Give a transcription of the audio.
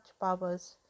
powers